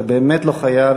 אתה באמת לא חייב.